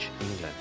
England